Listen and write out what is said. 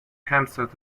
hamsters